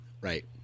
Right